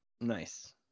Nice